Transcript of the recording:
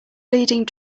leading